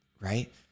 right